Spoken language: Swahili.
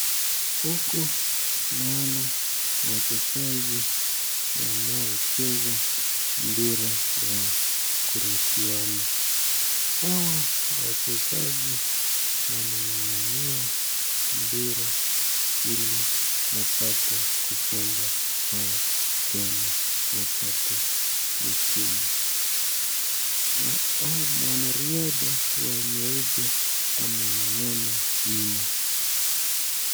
Huku naona wachezaji wanao cheza mpira ya kurushiana, hawa wachezaji wang'ang'ania mpira ili waweze kufunga bao tena waweze kupata ushindi, mwanariadha wa nyeupe ameng'ang'ana mno.